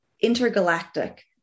intergalactic